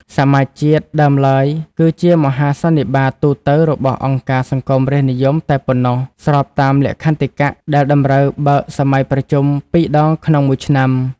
សមាជជាតិដើមឡើយគឺជាមហាសន្និបាតទូទៅរបស់អង្គការសង្គមរាស្ត្រនិយមតែប៉ុណ្ណោះ ស្របតាមលក្ខន្តិកៈដែលត្រូវបើកសម័យប្រជុំ ២ ដងក្នុងមួយឆ្នាំ។